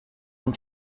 von